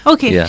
Okay